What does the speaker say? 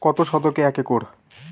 কত শতকে এক একর?